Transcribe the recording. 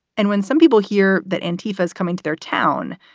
and when some people hear that and tfa is coming to their town,